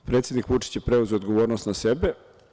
Predsednik Vučić je preuzeo odgovornost na sebe.